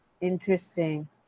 Interesting